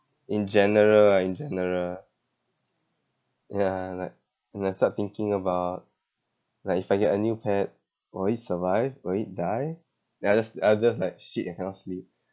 in general ah in general ah ya like when I start thinking about like if I get a new pet will it survive will it die then I just I just like shit I cannot sleep